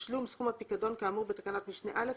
תשלום סכום הפיקדון כאמור בתקנת משנה (א)